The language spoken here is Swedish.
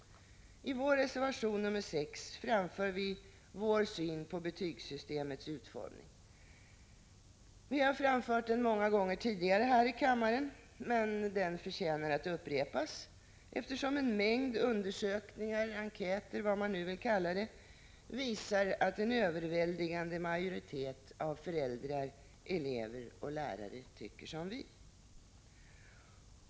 I vår reservation 6 framför vi vår syn på betygssystemets utformning. Vi har framfört den många gånger tidigare här i kammaren, men den förtjänar att upprepas, eftersom en mängd undersökningar, enkäter eller vad man nu vill kalla det, visar att en överväldigande majoritet av elever, föräldrar och lärare tycker som vi.